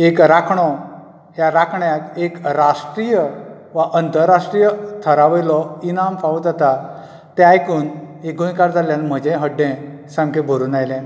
एक राखणो ह्या राखण्याक एक राष्ट्रीय वा अंतर राष्ट्रीय थरावयलो इनाम फावो जाता तें आयकून एक गोंयकार जाल्यान म्हजें हड्डें सामकें भरून आयलें